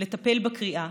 לטפל בקריאה,